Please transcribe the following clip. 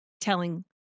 telling